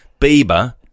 Bieber